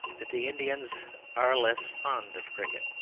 that the indians are less fond of cricket.